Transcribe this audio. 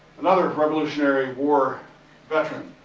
another revolutionary war veteran,